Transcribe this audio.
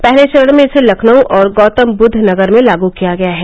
पहले चरण में इसे लखनऊ और गौतमबुद्धनगर में लागू किया गया है